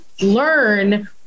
learn